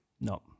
No